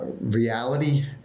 reality